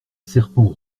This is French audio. serpent